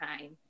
time